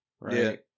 right